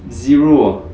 zero ah